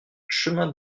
chemin